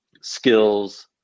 skills